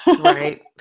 Right